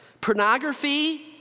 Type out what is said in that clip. Pornography